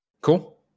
cool